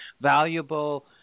Valuable